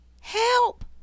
Help